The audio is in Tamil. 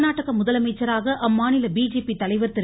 கா்நாடகா முதலமைச்சராக அம்மாநில பிஜேபி தலைவா் திரு